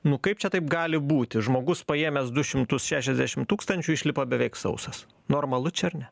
nu kaip čia taip gali būti žmogus paėmęs du šimtus šešiasdešim tūkstančių išlipa beveik sausas normalu čia ar ne